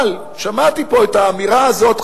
אבל שמעתי פה את האמירה הזאת,